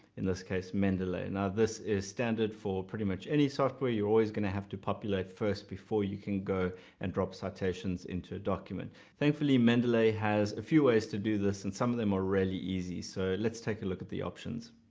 in this case mandalay. and now this is standard for pretty much any software you're always going to have to populate first before you can go and drop citations into a document thankfully, mendeley has a few ways to do this and some of them are really easy. so let's take a look at the options.